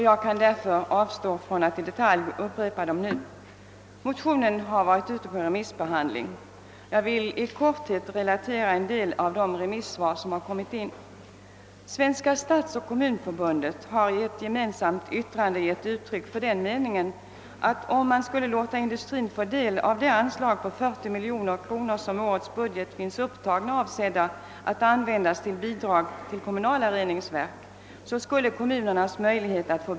Jag kan därför avstå från att nu upprepa dem. Motionen har remissbehandlats. Jag vill i korthet relatera en del av de remissvar som har kommit in. Svenska stadsförbundet och Svenska kommunförbundet har i ett gemensamt yttrande gett uttryck för den meningen, att kommunernas möjligheter att få bidrag skulle begränsas, om man skulle låta industrin få del av det anslag på 40 miljoner kronor som finns upptaget i årets budget, avsett att användas till bidrag till kommunala reningsverk.